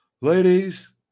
Ladies